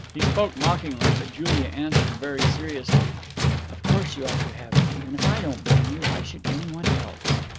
he spoke mockingly, but julia answered very seriously of course you ought to have it and if i don't blame you, why should anyone else?